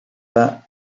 pas